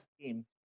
team